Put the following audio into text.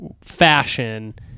fashion